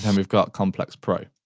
um we've got complex pro.